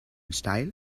style